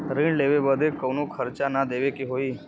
ऋण लेवे बदे कउनो खर्चा ना न देवे के होई?